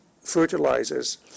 fertilizers